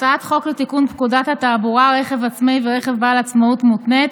הצעת חוק לתיקון פקודת התעבורה (רכב עצמאי ורכב בעל עצמאות מותנית)